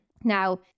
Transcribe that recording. Now